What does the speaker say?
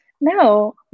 no